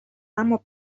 اما